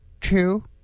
two